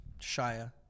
Shia